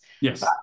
yes